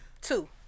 two